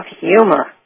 humor